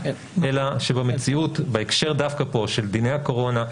אלא שבמציאות דווקא בהקשר הזה של דיני הקורונה,